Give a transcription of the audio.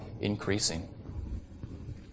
increasing